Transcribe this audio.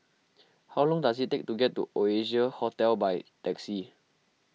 how long does it take to get to Oasia Hotel by taxi